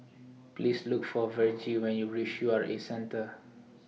Please Look For Vergie when YOU REACH U R A Centre